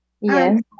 Yes